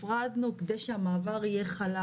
כדי שהמעבר יהיה חלק